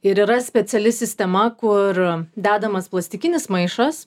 ir yra speciali sistema kur dedamas plastikinis maišas